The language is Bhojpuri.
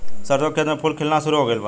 सरसों के खेत में फूल खिलना शुरू हो गइल बा